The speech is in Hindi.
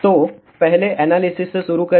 तो पहले एनालिसिस से शुरू करें